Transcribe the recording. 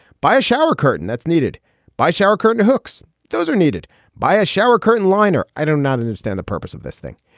buy a shower curtain that's needed by shower curtain hooks. those are needed by a shower curtain liner. i don't not understand the purpose of this thing.